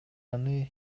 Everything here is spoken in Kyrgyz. аны